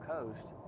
Coast